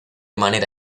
manera